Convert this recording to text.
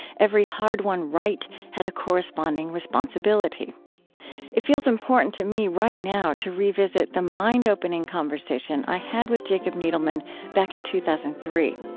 every hard-won right had a corresponding responsibility it feels important to me, right now, to revisit the mind-opening conversation i had with jacob needleman back in two thousand and three.